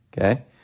Okay